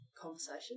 conversation